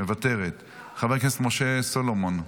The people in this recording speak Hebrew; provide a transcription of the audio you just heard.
מוותרת, חבר הכנסת משה סולומון,